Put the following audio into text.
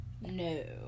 No